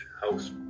House